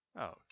Okay